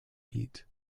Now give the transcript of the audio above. beat